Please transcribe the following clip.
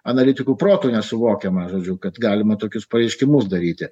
analitikų protu nesuvokiama žodžiu kad galima tokius pareiškimus daryti